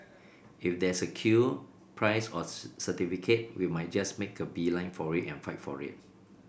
if there's a queue prize or certificate we might just make a beeline for it and fight for it